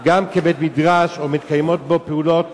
גם כבית-מדרש או מתקיימות בו פעולות